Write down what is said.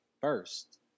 first